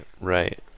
right